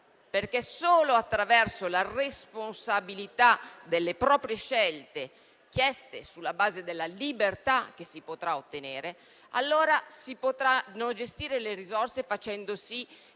perché solo attraverso la responsabilità delle proprie scelte, fatte sulla base della libertà che si potrà ottenere, allora si potranno gestire le risorse, facendo